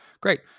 great